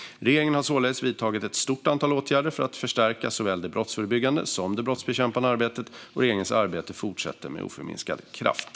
Regeringen har således vidtagit ett stort antal åtgärder för att förstärka såväl det brottsförebyggande som det brottsbekämpande arbetet. Regeringens arbete fortsätter med oförminskad kraft.